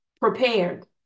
prepared